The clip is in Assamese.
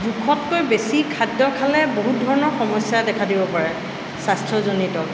জোখতকৈ বেছি খাদ্য খালে বহুত ধৰণৰ সমস্যা দেখা দিব পাৰে স্বাস্থ্যজনিত